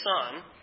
son